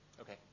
Okay